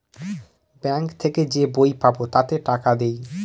bank থেকে যে বই পাবো তাতে টাকা দেয়